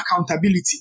accountability